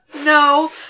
No